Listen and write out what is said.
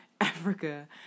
Africa